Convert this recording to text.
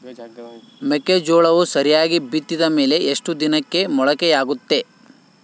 ಮೆಕ್ಕೆಜೋಳವು ಸರಿಯಾಗಿ ಬಿತ್ತಿದ ಮೇಲೆ ಎಷ್ಟು ದಿನಕ್ಕೆ ಮೊಳಕೆಯಾಗುತ್ತೆ?